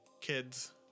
Kids